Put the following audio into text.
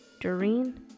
Doreen